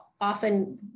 often